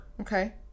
Okay